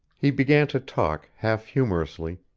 he began to talk, half-humorously,